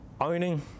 owning